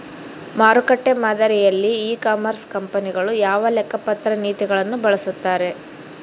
ಮಾರುಕಟ್ಟೆ ಮಾದರಿಯಲ್ಲಿ e commerce ಕಂಪನಿಗಳು ಯಾವ ಲೆಕ್ಕಪತ್ರ ನೇತಿಗಳನ್ನು ಬಳಸುತ್ತಾರೆ?